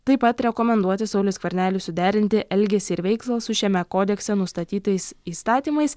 taip pat rekomenduoti sauliui skverneliui suderinti elgesį ir veiklą su šiame kodekse nustatytais įstatymais